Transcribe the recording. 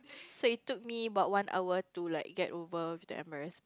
so it took me about one hour to like get over with the embarrass